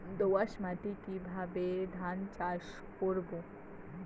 দোয়াস মাটি কিভাবে ধান চাষ করব?